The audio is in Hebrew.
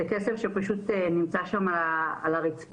זה כסף שפשוט נמצא שם על הרצפה,